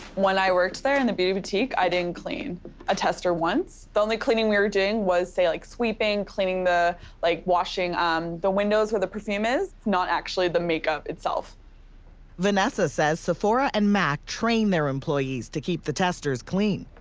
when i worked there in the beauty boutique, i didn't clean a tester once. the only cleaning we were doing was say like sweeping, cleaning the like washing um the windows where the perfume is, not actually the make-up itself. asha vanessa says sephora and mac train their employees to keep the testers clean.